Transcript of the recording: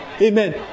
Amen